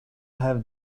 have